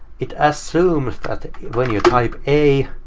it assumes that when you type a,